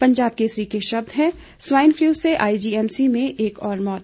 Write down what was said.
पंजाब केसरी के शब्द हैं स्वाइन फ्लू से आईजीएमसी में एक और मौत